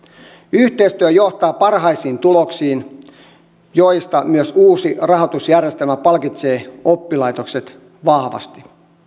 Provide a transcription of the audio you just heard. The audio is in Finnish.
yhteistyö johtaa parhaisiin tuloksiin joista myös uusi rahoitusjärjestelmä palkitsee oppilaitokset vahvasti